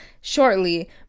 shortly